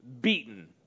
beaten